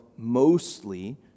mostly